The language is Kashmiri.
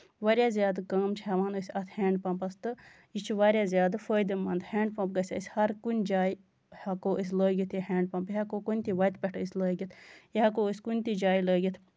واریاہ زیادٕ کٲم چھِ ہٮ۪وان أسۍ اَتھ ہینڈ پَمپَس پٮ۪ٹھ یہِ چھُ واریاہ زیادٕ فٲیدٕ مَند ہینڈ پَمپ گژھِ اَسہِ ہَر کُنہِ جایہِ ہٮ۪کَو أسۍ لٲگِتھ یہِ ہینڈ پَمپ یہِ ہٮ۪کو أسۍ وَتہِ پٮ۪ٹھ لٲگِتھ یہِ ہٮ۪کَو أسۍ کُنہِ تہِ جایہِ لٲگِتھ